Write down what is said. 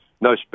no